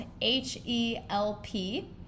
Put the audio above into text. h-e-l-p